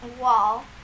wall